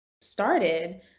started